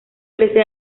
trece